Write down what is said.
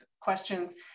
questions